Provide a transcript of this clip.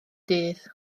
dydd